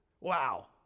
Wow